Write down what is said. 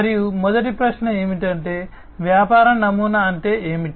మరియు మొదట ప్రశ్న ఏమిటంటే వ్యాపార నమూనా అంటే ఏమిటి